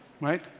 Right